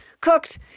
Cooked